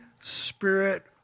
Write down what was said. Spirit